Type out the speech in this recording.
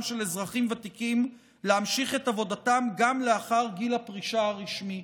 של אזרחים ותיקים להמשיך את עבודתם גם לאחר גיל הפרישה הרשמי.